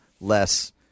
less